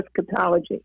eschatology